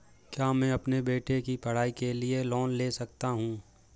क्या मैं अपने बेटे की पढ़ाई के लिए लोंन ले सकता हूं?